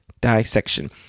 dissection